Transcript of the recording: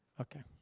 Okay